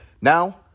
Now